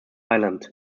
island